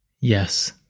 Yes